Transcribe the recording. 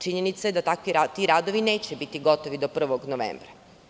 Činjenica je da ti radovi neće biti gotovi do 1. novembra.